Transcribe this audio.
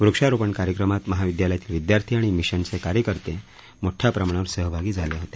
वृक्षारोपण कार्यक्रमात महाविद्यालयातील विद्यार्थी आणि मिशनचे कार्यकर्ते मोठया प्रमाणावर सहभागी झाले होते